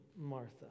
Martha